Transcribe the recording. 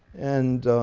and